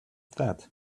that